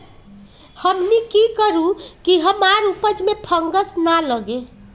हमनी की करू की हमार उपज में फंगस ना लगे?